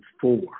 four